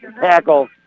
tackle